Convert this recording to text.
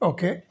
Okay